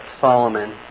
Solomon